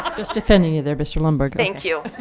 um just defending you there, mr. lundberg. thank you.